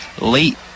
late